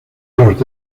los